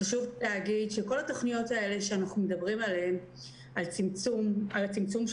חשוב לי להגיד שכל התוכניות האלה שאנחנו מדברים על הצמצום שלהן,